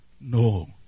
No